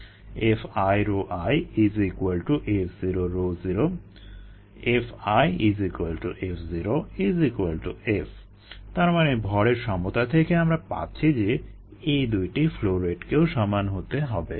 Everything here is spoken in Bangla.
𝐹𝑖 𝜌𝑖 𝐹0 𝜌0 𝐹𝑖 𝐹0 𝐹 তার মানে ভরের সমতা থেকে আমরা পাচ্ছি যে এ দুইটি ফ্লো রেটকেও সমান হতে হবে